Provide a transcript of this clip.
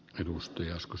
arvoisa puhemies